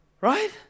right